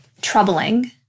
troubling